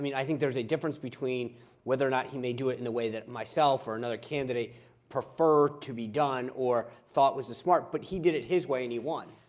i mean i think there's a difference between whether or not he may do it in the way that myself or another candidate prefer to be done or thought was the smart, but he did it his way and he won.